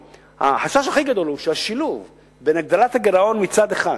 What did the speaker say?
החשש הכי גדול הוא שהשילוב בין הגדלת הגירעון מצד אחד,